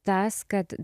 tas kad